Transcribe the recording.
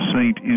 saint